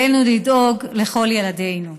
עלינו לדאוג לכל ילדינו.